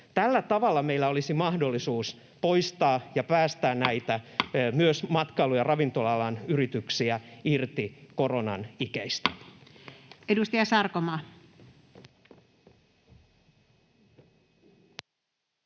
Tällä tavalla meillä olisi mahdollisuus päästää myös matkailu- ja ravintola-alan yrityksiä irti koronan ikeistä. [Speech